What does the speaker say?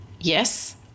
Yes